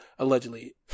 allegedly